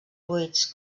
buits